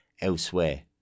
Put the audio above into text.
elsewhere